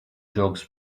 dogs